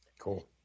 Cool